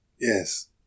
Yes